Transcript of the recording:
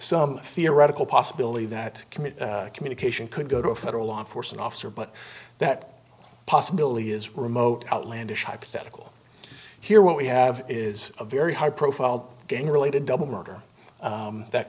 some theoretical possibility that commit communication could go to a federal law enforcement officer but that possibility is remote outlandish hypothetical here what we have is a very high profile gang related double murder that